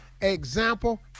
Example